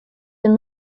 been